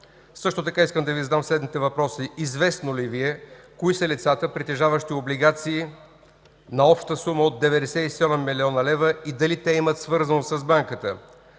Също така искам да Ви задам следните въпроси: Известно ли Ви е кои са лицата, притежаващи облигации на обща сума от 97 млн. лв. и дали те имат свързаност с Банката?